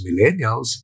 millennials